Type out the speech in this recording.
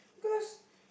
because